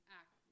act